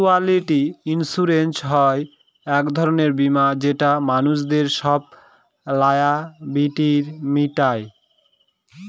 casualty insurance হয় এক ধরনের বীমা যেটা মানুষদের সব লায়াবিলিটি মিটায়